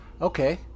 okay